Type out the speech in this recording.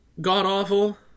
god-awful